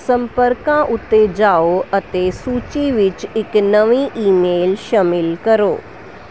ਸੰਪਰਕਾਂ ਉੱਤੇ ਜਾਉ ਅਤੇ ਸੂਚੀ ਵਿੱਚ ਇੱਕ ਨਵੀਂ ਈਮੇਲ ਸ਼ਾਮਿਲ ਕਰੋ